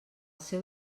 seu